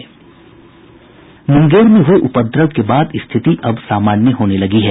मुंगेर में हुये उपद्रव के बाद स्थिति अब सामान्य होने लगी है